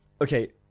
okay